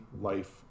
life